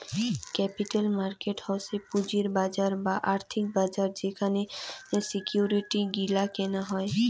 capital market হসে পুঁজির বাজার বা আর্থিক বাজার যেখানে সিকিউরিটি গিলা কেনা হই